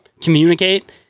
communicate